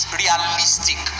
realistic